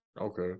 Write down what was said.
Okay